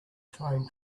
train